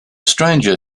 stranger